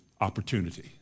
opportunity